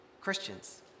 Christians